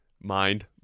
Mind